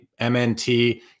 MNT